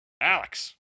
Alex